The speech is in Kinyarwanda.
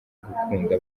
gukunda